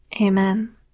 Amen